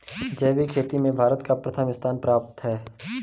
जैविक खेती में भारत को प्रथम स्थान प्राप्त है